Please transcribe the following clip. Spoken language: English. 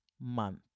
month